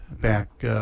back